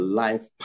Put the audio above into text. life